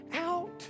out